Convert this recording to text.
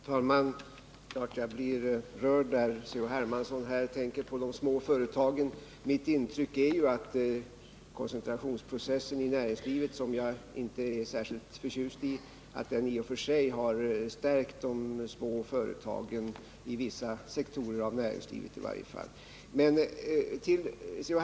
Herr talman! Det är klart att jag blir rörd när C.-H. Hermansson här tänker på de små företagen. Mitt intryck är att koncentrationsprocessen i näringslivet — som jag inte är särskilt förtjust i — i och för sig har stärkt de små företagen; i vissa sektorer av näringslivet i varje fall. Men svaret på C.-H.